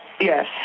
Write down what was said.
Yes